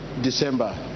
December